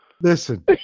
Listen